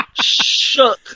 shook